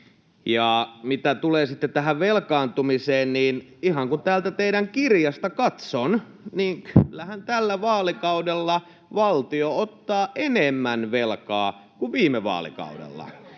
sitten tähän velkaantumiseen, niin ihan kun täältä teidän kirjastanne katson, niin kyllähän tällä vaalikaudella valtio ottaa enemmän velkaa kuin viime vaalikaudella.